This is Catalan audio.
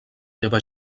teva